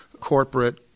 corporate